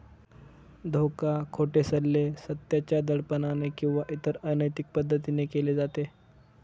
धोका, खोटे सल्ले, सत्याच्या दडपणाने किंवा इतर अनैतिक पद्धतीने केले जाते